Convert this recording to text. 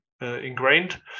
ingrained